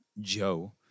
Joe